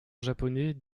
japonais